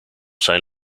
zijn